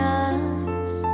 eyes